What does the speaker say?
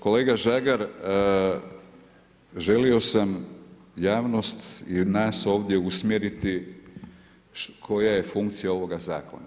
Kolega Žagar, želio sam javnost i nas ovdje usmjeriti koja je funkcija ovoga Zakona.